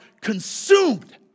consumed